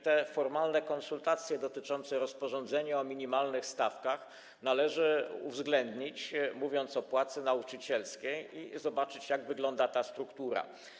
Te formalne konsultacje dotyczące rozporządzenia w sprawie minimalnych stawek należy uwzględnić, mówiąc o płacy nauczycielskiej, i zobaczyć, jak wygląda ta struktura.